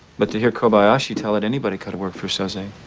but to hear kobayashi tell it, anybody could work for soze. and